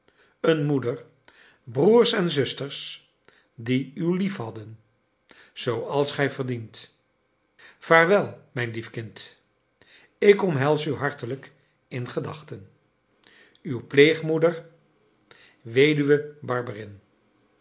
een moeder broers en zusters die u liefhadden zooals gij verdient vaarwel mijn lief kind ik omhels u hartelijk in gedachten uw pleegmoeder weduwe